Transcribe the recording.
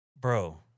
bro